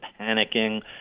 panicking